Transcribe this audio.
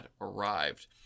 arrived